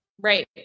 Right